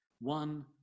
one